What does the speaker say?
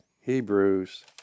Hebrews